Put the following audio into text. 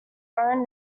own